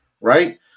right